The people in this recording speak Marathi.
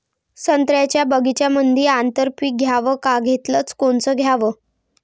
संत्र्याच्या बगीच्यामंदी आंतर पीक घ्याव का घेतलं च कोनचं घ्याव?